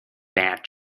bad